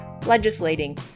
Legislating